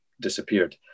disappeared